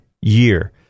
year